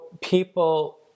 people